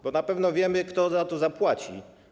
Bo na pewno wiemy, kto za to zapłaci.